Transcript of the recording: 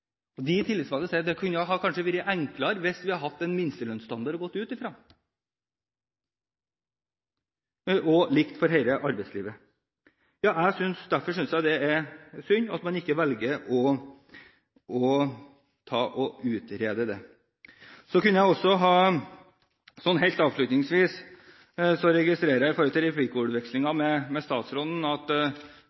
De tillitsvalgte sier at det kunne kanskje ha vært enklere hvis vi hadde hatt en minstelønnsstandard å gå ut fra og likt for hele arbeidslivet. Derfor synes jeg det er synd at man ikke velger å utrede det. Helt avslutningsvis: Jeg registrerer av replikkvekslingen med statsråden at det ikke var så alvorlige brudd som hadde skjedd i